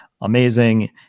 amazing